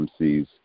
MCs